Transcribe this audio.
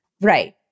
Right